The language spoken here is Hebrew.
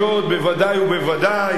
בוודאי ובוודאי,